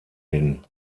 hin